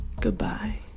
Goodbye